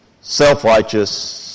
self-righteous